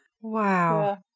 Wow